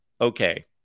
okay